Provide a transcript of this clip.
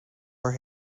for